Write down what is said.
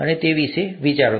અને તે વિશે વિચારો